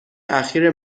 اخیر